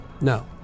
No